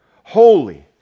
holy